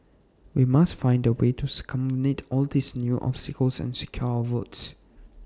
we must find A way to circumvent all these new obstacles and secure our votes